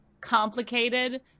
complicated